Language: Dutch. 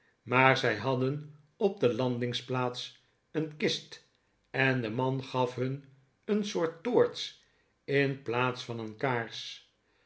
maar zij hadden op de landingsplaats een kist en de man gaf hun een soort toorts in plaats van een